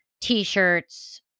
t-shirts